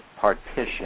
partition